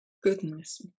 Goodness